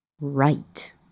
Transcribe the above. right